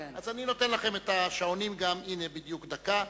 אז אני נותן לכם את השעונים גם, הנה, בדיוק דקה.